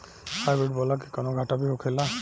Hybrid बोला के कौनो घाटा भी होखेला?